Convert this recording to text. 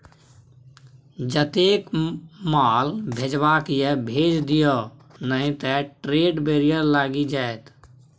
जतेक माल भेजबाक यै भेज दिअ नहि त ट्रेड बैरियर लागि जाएत